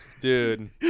Dude